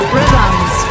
Rhythms